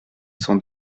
cent